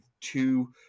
two